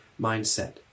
mindset